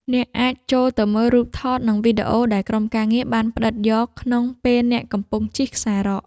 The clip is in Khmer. អ្នកអាចចូលទៅមើលរូបថត និងវីដេអូដែលក្រុមការងារបានផ្ដិតយកក្នុងពេលអ្នកកំពុងជិះខ្សែរ៉ក។